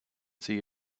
see